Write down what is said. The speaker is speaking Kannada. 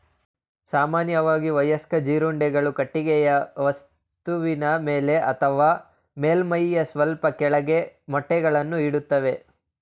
ಸಾಮಾನ್ಯವಾಗಿ ವಯಸ್ಕ ಜೀರುಂಡೆಗಳು ಕಟ್ಟಿಗೆಯ ವಸ್ತುವಿನ ಮೇಲೆ ಅಥವಾ ಮೇಲ್ಮೈಯ ಸ್ವಲ್ಪ ಕೆಳಗೆ ಮೊಟ್ಟೆಗಳನ್ನು ಇಡ್ತವೆ